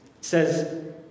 says